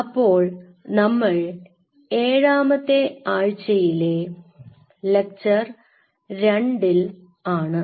അപ്പോൾ നമ്മൾ ഏഴാമത്തെ ആഴ്ചയിലെ ലെക്ചർ 2 ൽ ആണ്